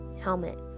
helmet